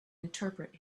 interpret